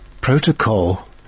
protocol